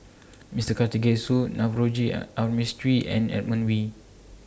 Mister Karthigesu Navroji R Mistri and Edmund Wee